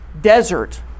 desert